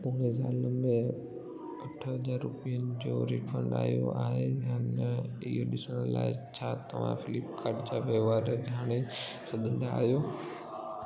पोएं साल में अठ हज़ार रुपियनि जो रीफंड आयो आहे या न इहो ॾिसण लाइ छा तव्हां फ़्लिपकार्ट जा वहिंवार जाणे सघंदा आहियो